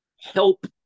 help